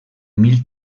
mil